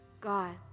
God